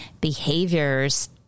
behaviors